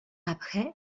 après